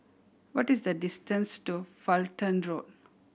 what is the distance to Fulton Road